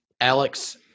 Alex